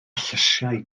llysiau